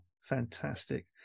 Fantastic